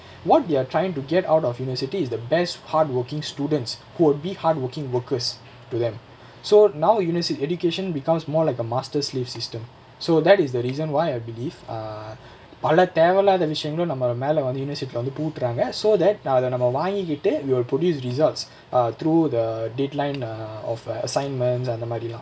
what they're trying to get out of university is the best hardworking students who will be hardworking workers to them so now university education becomes more like a master slave system so that is the reason why I believe err பல தேவை இல்லாத விஷயங்களும் நம்ம மேல வந்து:pala thevai illaatha vishayangalum namma mela vanthu university leh வந்து பூட்ராங்க:vanthu pootraanga so that ah அத நம்ம வாங்கிகிட்டு:atha namma vaangikittu we'll produce results err through the deadline err of assignments அந்தமாரி:anthamaari lah